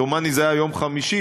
דומני שזה היה יום חמישי,